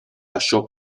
lasciò